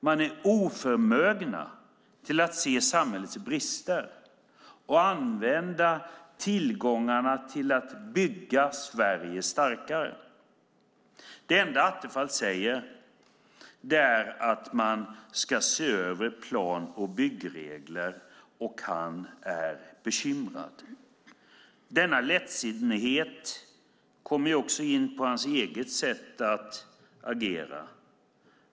Man är oförmögen att se samhällets brister och använda tillgångarna till att bygga Sverige starkare. Det enda som Attefall säger är att man ska se över plan och byggregler och att han är bekymrad. Denna lättsinnighet kommer också till uttryck i hans eget sätt att agera.